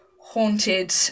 haunted